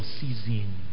season